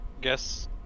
guess